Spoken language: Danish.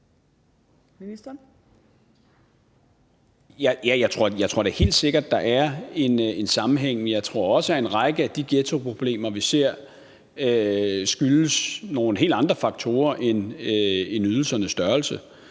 jeg tror da helt sikkert, at der er en sammenhæng, men jeg tror også, at en række af de ghettoproblemer, vi ser, skyldes nogle helt andre faktorer end ydelsernes størrelse.